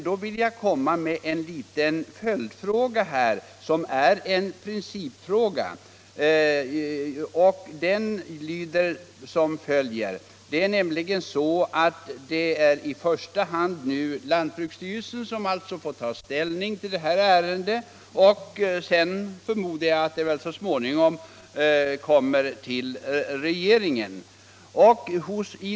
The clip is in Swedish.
Jag vill i stället rikta en liten följdfråga av principiell art till jordbruksministern. Det är i första hand lantbruksstyrelsen som får ta ställning till ett ärende av detta slag, och jag förmodar att det sedan så småningom kommer till regeringen.